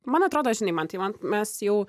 man atrodo žinai mantai man mes jau